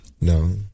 No